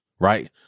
Right